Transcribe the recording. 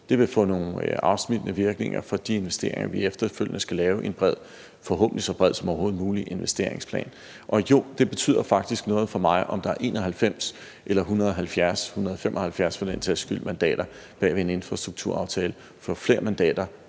Det vil få nogle afsmittende virkninger på de investeringer, vi efterfølgende skal lave en bred – forhåbentlig så bred som overhovedet muligt – investeringsplan for Og jo, det betyder faktisk noget for mig, om der er 91, 170 eller for den sags skyld 175 mandater bag en infrastrukturaftale, for jo flere mandater,